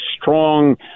strong